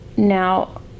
Now